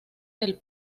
del